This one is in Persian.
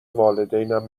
والدینم